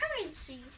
currency